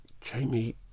Jamie